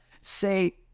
Say